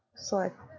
so I